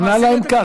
ענה להם כך.